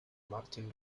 martin